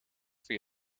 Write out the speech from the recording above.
via